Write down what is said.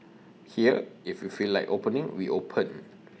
here if we feel like opening we open